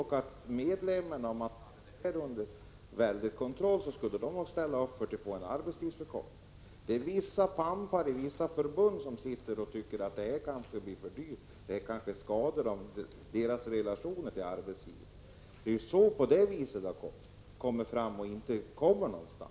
Om medlemmarna hade det avgörande inflytandet, skulle de nog ställa upp för ett förslag om kortare arbetstid. Det är vissa pampar i vissa förbund som tycker att en arbetstidsförkortning blir för dyr. Att föreslå något sådant skulle skada deras relationer till arbetsgivarna, och det är därför man inte kommer någon vart i den här frågan.